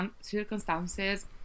circumstances